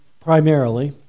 primarily